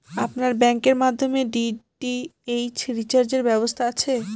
আপনার ব্যাংকের মাধ্যমে ডি.টি.এইচ রিচার্জের ব্যবস্থা আছে?